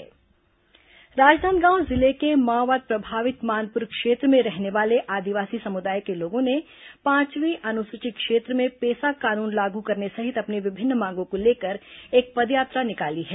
पेसा कानून पदयात्रा राजनांदगांव जिले के माओवाद प्रभावित मानपुर क्षेत्र में रहने वाले आदिवासी समुदाय के लोगों ने पांचवीं अनूसूची क्षेत्र में पेसा कानून लागू करने सहित अपनी विभिन्न मांगों को लेकर एक पदयात्रा निकाली है